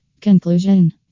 Conclusion